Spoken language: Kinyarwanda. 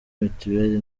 mitiweli